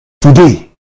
today